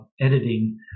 editing